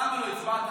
למה לא הצבעת?